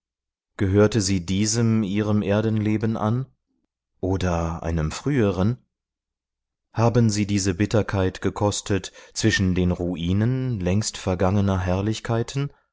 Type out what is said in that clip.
gehörte sie diesem ihrem erdenleben an oder einem früheren haben sie diese bitterkeit gekostet zwischen den ruinen längst vergangener herrlichkeiten